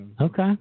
Okay